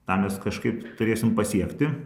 tą mes kažkaip turėsim pasiekti